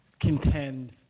contend